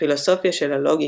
בפילוסופיה של הלוגיקה,